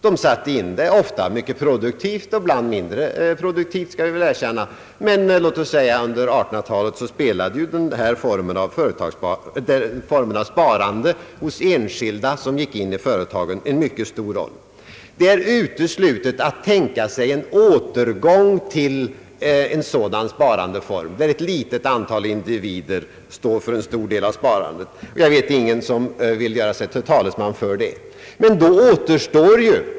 De satte ofta in medlen mycket produktivt och — det skall vi väl erkänna — ibland mindre produktivt. Under låt oss säga 1800-talet spelade dock den här formen av sparande hos enskilda en mycket stor roll. Det är uteslutet att tänka sig en återgång till en sådan sparandeform, där ett litet antal individer står för en stor del av sparandet. Jag vet ingen som vill göra sig till talesman för det.